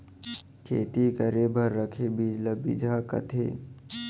खेती करे बर रखे बीज ल बिजहा कथें